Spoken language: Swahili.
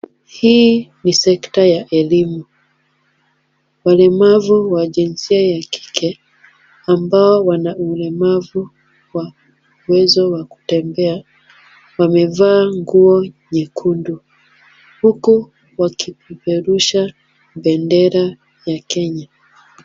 Hii ni sekta ya elimu. Walemavu wa jinsia ya kike ambao wana ulemavu wa uwezo wa kutembea wamevaa nguo nyekundu huku wakipeperusha bendera ya Kenya.